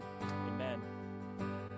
amen